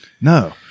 No